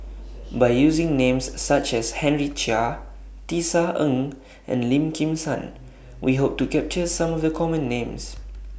By using Names such as Henry Chia Tisa Ng and Lim Kim San We Hope to capture Some of The Common Names